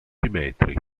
metri